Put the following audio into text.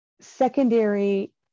Secondary